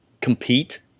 compete